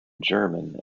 german